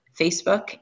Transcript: Facebook